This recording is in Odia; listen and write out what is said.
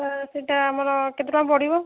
ସାର୍ ସେଇଟା ଆମର କେତେ ଟଙ୍କା ପଡ଼ିବ